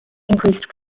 increased